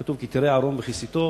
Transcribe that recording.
כתוב: כי תראה ערום וכיסיתו,